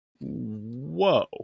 Whoa